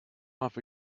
off